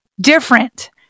different